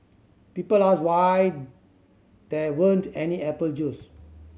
people asked why there weren't any apple juice